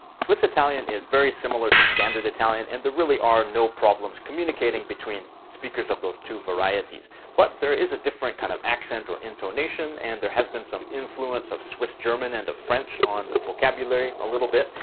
swiss italian is very similar to standard italian and there really are no problems communicating between speakers of those two varieties but there is a different kind of accent or intonation and there has been some influence of swiss german and french on the vocabulary, a little bit.